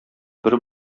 бер